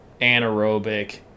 anaerobic